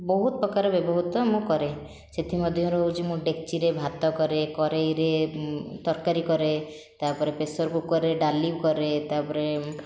ବହୁତ ପ୍ରକାର ବ୍ୟବହୃତ ମୁଁ କରେ ସେଥିମଧ୍ୟରୁ ହେଉଛି ମୁଁ ଡେକ୍ଚିରେ ମୁଁ ଭାତ କରେ କଡ଼ାଇରେ ତରକାରୀ କରେ ତା'ପରେ ପ୍ରେସର କୁକର୍ରେ ଡାଲି କରେ ତା'ପରେ